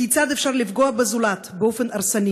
כיצד אפשר לפגוע בזולת באופן הרסני